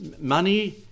Money